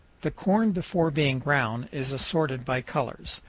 the corn before being ground is assorted by colors,